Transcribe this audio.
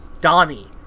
Donnie